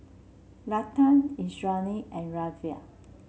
Lata Indranee and Ramdev